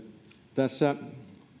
tässä